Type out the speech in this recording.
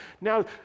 Now